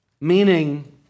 meaning